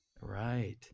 Right